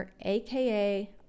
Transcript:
aka